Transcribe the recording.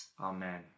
Amen